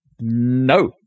No